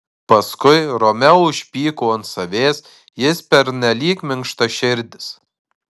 paskui romeo užpyko ant savęs jis pernelyg minkštaširdis